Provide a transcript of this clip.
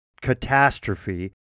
catastrophe